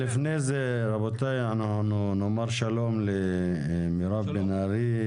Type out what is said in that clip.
לפני כן, רבותיי, נאמר שלום למירב בן ארי,